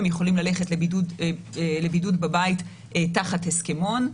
הם יכולים ללכת לבידוד בבית תחת הסכמון.